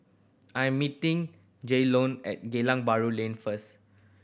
I am meeting Jaylon at Geylang Bahru Lane first